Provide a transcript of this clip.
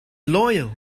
loyal